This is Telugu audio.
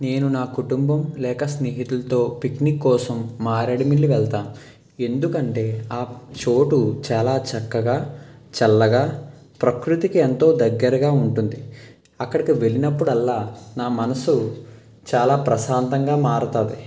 నేను నా కుటుంబం లేక స్నేహితులతో పిక్నిక్ కోసం మారేడుమిల్లి వెళ్తాము ఎందుకంటే ఆ చోటు చాలా చక్కగా చల్లగా ప్రకృతికి ఎంతో దగ్గరగా ఉంటుంది అక్కడకి వెళ్ళినప్పుడల్లా నా మనసు చాలా ప్రశాంతంగా మారతుంది